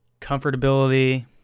comfortability